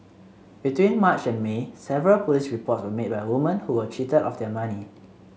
between March and May several police reports were made by woman who were cheated of their money